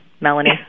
Melanie